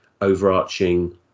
overarching